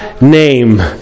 name